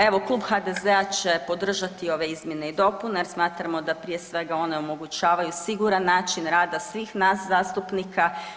Evo, Klub HDZ-a će podržati ove izmjene i dopune jer smatramo da prije svega one omogućavaju siguran način rada svih nas zastupnika.